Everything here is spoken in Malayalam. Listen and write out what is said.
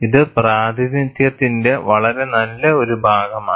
ഇത് പ്രാതിനിധ്യത്തിന്റെ വളരെ നല്ല ഒരു ഭാഗമാണ്